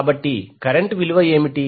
కాబట్టి కరెంట్ విలువ ఏమిటి